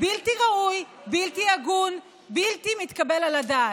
בלתי ראוי, בלתי הגון, בלתי מתקבל על הדעת.